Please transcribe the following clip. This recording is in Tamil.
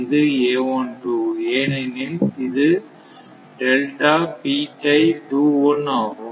இது ஏனெனில் இது ஆகும்